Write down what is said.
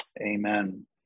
Amen